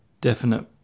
definite